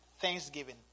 thanksgiving